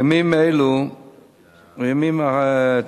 אמן.